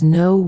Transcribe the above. no